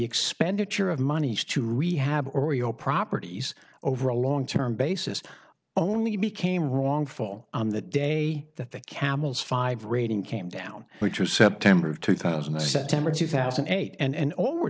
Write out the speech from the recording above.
expenditure of money to rehab oreo properties over a long term basis only became wrongful on the day that the camel's five rating came down which was september of two thousand and ten or two thousand and eight and all we're